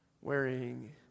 wearing